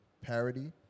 parody